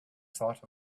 thought